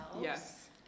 Yes